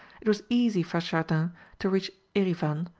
it was easy for chardin to reach erivan,